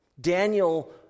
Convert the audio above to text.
Daniel